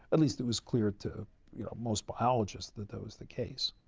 at least, it was clear to you know most biologists that that was the case.